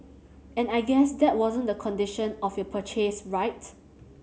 and I guess that wasn't the condition of your purchase right